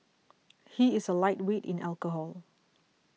he is a lightweight in alcohol